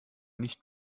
nicht